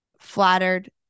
flattered